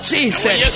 Jesus